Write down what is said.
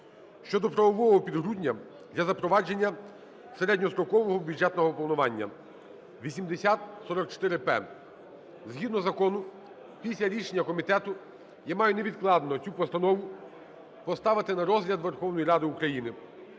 (щодо правового підґрунтя для запровадження середньострокового бюджетного планування) (8044-П). Згідно закону після рішення комітету я маю невідкладно цю постанову поставити на розгляд Верховної Ради України.